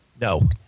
No